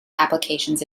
applications